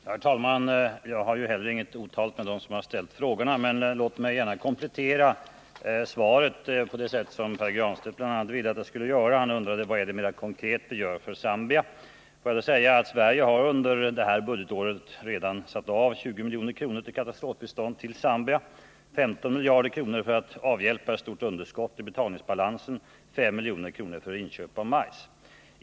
Herr talman! Jag har heller inget otalt med dem som ställt frågorna, men låt mig komplettera svaret på det sätt som Pär Granstedt ville att jag skulle göra. 165 Han undrade vad vi gör mera konkret för Zambia. Sverige har under det här budgetåret redan satt av 20 milj.kr. till katastrofbistånd till Zambia, 15 milj.kr. för att avhjälpa ett stort underskott i betalningsbalansen och 5 milj.kr. till inköp av majs.